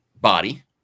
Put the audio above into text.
body